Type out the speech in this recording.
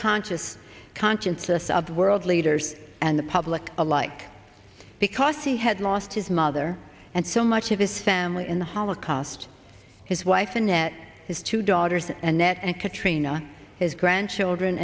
conscious conscienceless of world leaders and the public alike because he had lost his mother and so much of his family in the holocaust his wife annette his two daughters and that and katrina his grandchildren